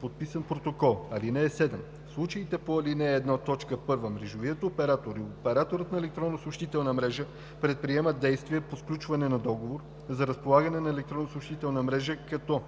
подписан протокол. (7) В случаите по ал. 1, т. 1 мрежовият оператор и операторът на електронна съобщителна мрежа предприемат действия по сключване на договор за разполагане на електронна съобщителна мрежа, като: